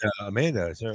Amanda